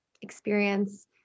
experience